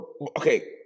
okay